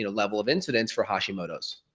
you know level of incidence for hashimoto's